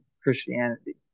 christianity